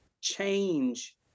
change